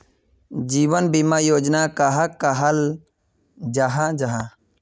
जीवन बीमा योजना कहाक कहाल जाहा जाहा?